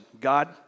God